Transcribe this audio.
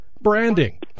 branding